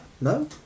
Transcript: No